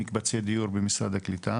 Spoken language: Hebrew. במקבצי דיור במשרד הקליטה,